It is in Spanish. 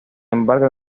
embargo